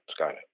Skynet